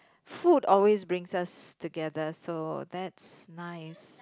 food always brings us together so that's nice